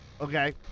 Okay